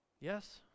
yes